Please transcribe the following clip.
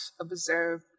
observe